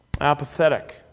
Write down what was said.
apathetic